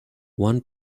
one